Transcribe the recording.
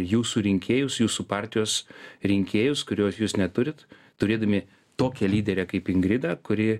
jūsų rinkėjus jūsų partijos rinkėjus kurios jūs neturit turėdami tokią lyderę kaip ingridą kuri